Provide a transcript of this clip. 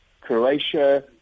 Croatia